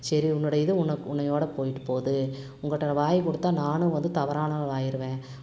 சரி உன்னுடைய இது உனக்கு உன்னையோடு போய்ட்டுப் போகுது உங்கிட்ட நான் வாய் கொடுத்தா நானும் வந்து தவறானவளாகிருவேன்